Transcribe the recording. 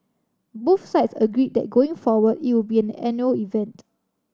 both sides agreed that going forward it would be an annual event